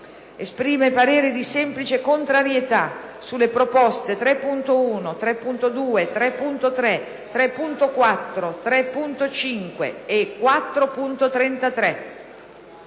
Esprime parere di semplice contrarietà sulle proposte 3.1, 3.2, 3.3, 3.4, 3.5 e 4.33.